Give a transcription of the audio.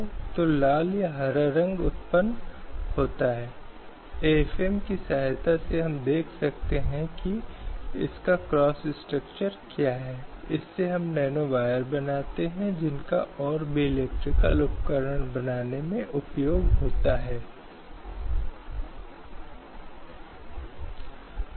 इसलिए इन्हें अदालत द्वारा कानून में बुरा बताया गया क्योंकि ऐसी भेदभावपूर्ण नीतियों के नियमों को जारी रखने की अनुमति नहीं दी जा सकती है क्योंकि यह लैंगिक न्याय की बुनियादी अवधारणा या लिंग के समानता के खिलाफ जाता है जिसके लिए राज्य खड़ा है